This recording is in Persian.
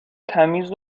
تمیز